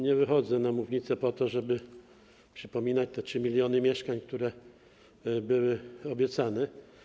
Nie wychodzę na mównicę po to, żeby przypominać o 3 mln mieszkań, które były obiecane.